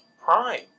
prime